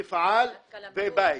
מפעל ובית.